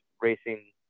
racing